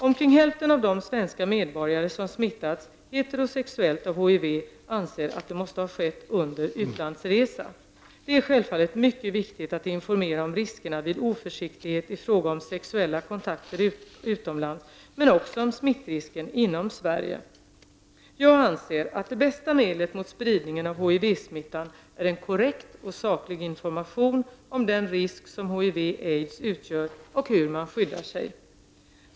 Omkring hälften av de svenska medborgare som smittats heterosexuellt av HIV anser att det måste ha skett under utlandsresa. Det är självfallet mycket viktigt att informera om riskerna vid oförsiktighet i fråga om sexuella kontakter utomlands men också om smittrisken inom Sverige. Jag anser att det bästa medlet mot spridningen av HIV-smittan är en korrekt och saklig information om den risk som HIV/aids utgör och hur man skyddar sig.